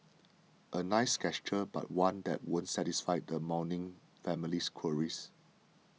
a nice gesture but one that won't satisfy the mourning family's queries